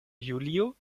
julio